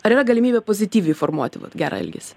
ar yra galimybė pozityviai formuoti vat gerą elgesį